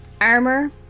armor